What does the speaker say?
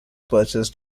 purchased